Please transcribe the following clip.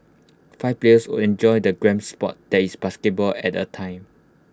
five players or enjoy the grand Sport that is basketball at A time